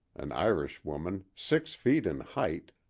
an irish woman, six feet in height,